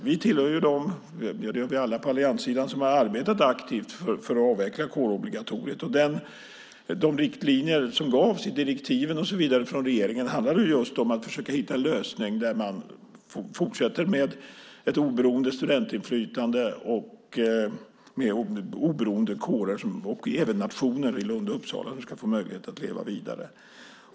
Vi på allianssidan har arbetat aktivt för att avveckla kårobligatoriet, och de riktlinjer som gavs i direktiven från regeringen handlade om att just försöka hitta en lösning där man kan fortsätta att ha ett oberoende studentinflytande och oberoende kårer, och i Lunds och Uppsala nationer, som får möjlighet att leva vidare.